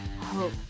hope